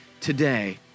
today